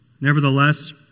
Nevertheless